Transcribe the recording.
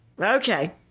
okay